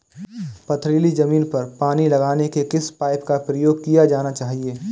पथरीली ज़मीन पर पानी लगाने के किस पाइप का प्रयोग किया जाना चाहिए?